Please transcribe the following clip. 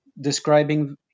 describing